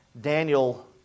Daniel